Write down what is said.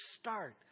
start